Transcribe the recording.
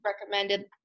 recommended